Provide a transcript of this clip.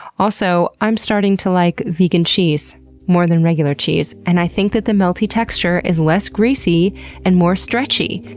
also, i'm starting to like vegan cheese more than regular cheese, and i think that the melty texture is less greasy and more stretchy.